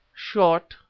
short,